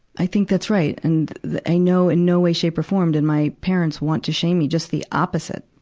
i think that's right. and the, i know in no way, shape, or form did my parents want to shame me. just the opposite.